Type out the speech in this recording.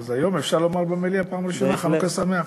אז היום אפשר לומר במליאה בפעם הראשונה חנוכה שמח.